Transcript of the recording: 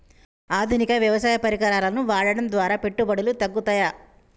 ఆధునిక వ్యవసాయ పరికరాలను వాడటం ద్వారా పెట్టుబడులు తగ్గుతయ?